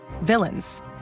villains